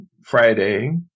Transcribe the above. Friday